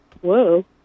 whoa